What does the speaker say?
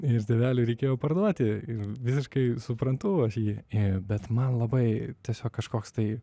ir tėveliui reikėjo parduoti visiškai suprantu aš jį bet man labai tiesiog kažkoks tai